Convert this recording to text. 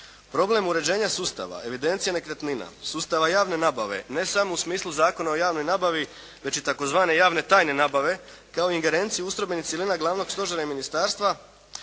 Problem uređenja sustava, evidencija nekretnina, sustava javne nabave ne samo u smislu Zakona o javnoj nabavi, već i tzv. javne tajne nabave kao ingerenciju ustrojbenih cjelina, Glavnog stožera i ministarstva